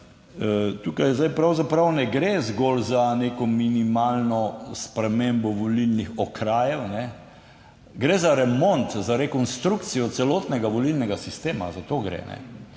tukaj zdaj pravzaprav ne gre zgolj za neko minimalno spremembo volilnih okrajev, ne, gre za remont, za rekonstrukcijo celotnega volilnega sistema, za to gre.